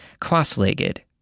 cross-legged